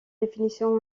définition